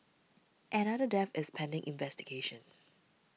another death is pending investigation